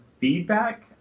feedback